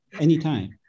anytime